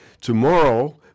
Tomorrow